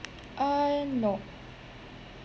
uh no